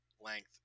length